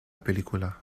película